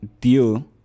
deal